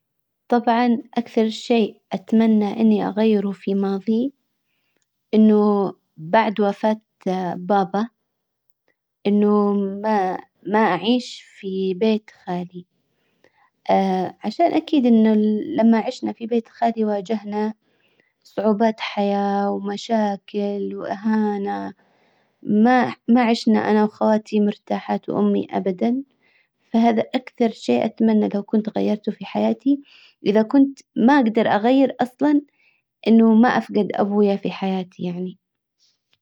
طبعا اكثر شئ اتمنى اني اغيره في ماضي انه بعد وفاة بابا انه ما ما اعيش في بيت خالي عشان اكيد انه لما عشنا في بيت خالتي واجهنا صعوبات حياة ومشاكل واهانة. ما ما عشنا انا وخواتي مرتاحات وامي ابدا. فهذا اكثر شيء اتمنى لو كنت غيرته في حياتي. اذا كنت ما اجدر اغير اصلا انه ما افقد ابويا في حياتي يعني.